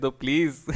please